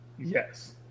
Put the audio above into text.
Yes